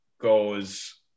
goes